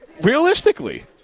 Realistically